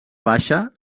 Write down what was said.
baixa